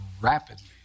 rapidly